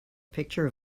picture